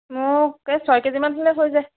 মোক এই ছয় কেজি মান হ'লে হৈ যায়